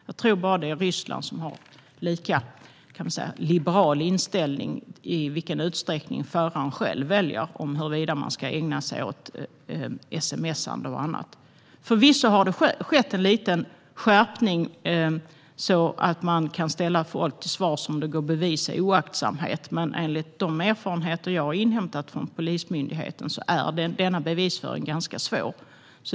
Jag tror att det bara är Ryssland som har en lika liberal inställning till i vilken utsträckning föraren själv väljer om huruvida man ska ägna sig åt sms:ande och annat. Förvisso har det skett en liten skärpning så att man kan ställa folk till svars om det går att bevisa oaktsamhet, men enligt de erfarenheter jag har inhämtat från Polismyndigheten är denna bevisföring ganska svår.